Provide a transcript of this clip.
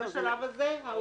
בשלב הזה?